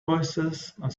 voicesand